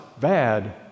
bad